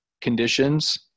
conditions